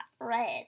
red